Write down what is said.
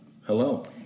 hello